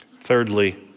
Thirdly